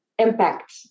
impact